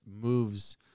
moves